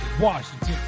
Washington